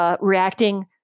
Reacting